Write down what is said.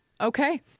Okay